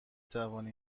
توانی